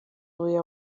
ubu